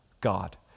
God